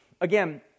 again